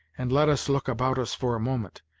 and let us look about us for a moment.